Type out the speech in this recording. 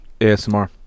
ASMR